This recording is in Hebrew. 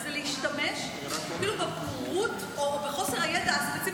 זה להשתמש בבורות או בחוסר הידע הספציפי